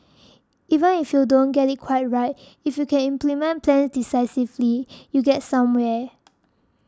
even if you don't get it quite right if you can implement plans decisively you get somewhere